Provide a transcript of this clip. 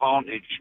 advantage